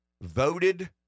voted